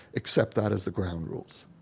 accept that as the ground rules